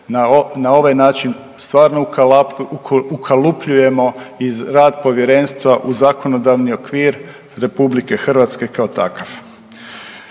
na ovaj način stvarno ukalupljujemo rad Povjerenstva u zakonodavni okvir Republike Hrvatske kao takav.